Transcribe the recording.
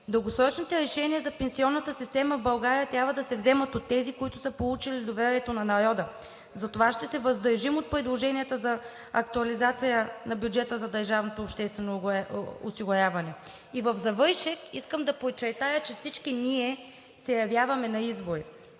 Дългосрочните решения за пенсионната система в България трябва да се вземат от тези, които са получили доверието на народа, и затова ще се въздържим от предложенията за актуализация на бюджета за държавното обществено осигуряване. И накрая искам да подчертая, че всички ние се явяваме на избори